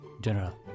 general